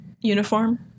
Uniform